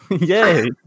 Yay